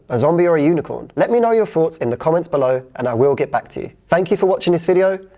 a zombie or a unicorn? let me know your thoughts in the comments below and i will get back to you. thank you for watching this video.